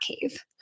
cave